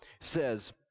says